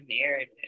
narrative